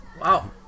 Wow